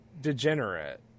degenerate